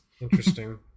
interesting